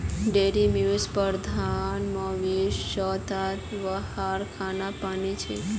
dairy मवेशी प्रबंधत मवेशीर स्वास्थ वहार खान पानत छेक